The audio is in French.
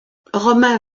romain